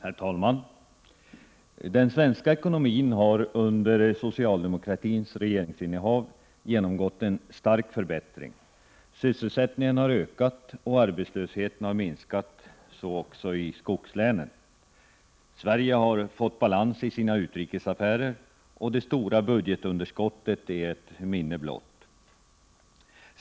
Herr talman! Den svenska ekonomin har under socialdemokratins regeringsinnehav genomgått en stark förbättring. Sysselsättningen har ökat och arbetslösheten minskat, också i skogslänen. Sverige har fått balans i sina utrikesaffärer, och det stora budgetunderskottet är ett minne blott.